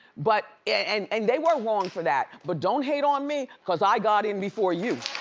but and and they were wrong for that. but don't hate on me cause i got in before you.